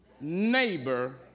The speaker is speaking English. neighbor